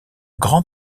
grand